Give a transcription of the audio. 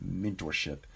mentorship